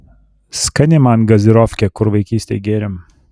skani man gazirofkė kur vaikystėj gėrėm